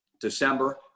December